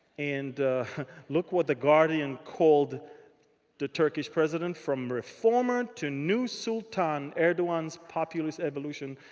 and look what the guardian called the turkish president, from reformer to new sultan erdogan's populist evolution.